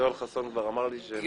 יואל חסון כבר אמר לי שעמדתו היא בעד.